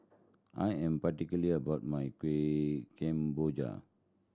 I am particular about my Kueh Kemboja